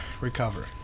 recover